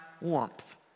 warmth